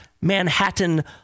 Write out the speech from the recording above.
Manhattan